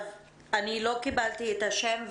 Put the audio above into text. אני לא קיבלתי את השם,